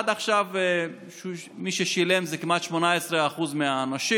עד עכשיו שילמו כמעט 18% מהאנשים,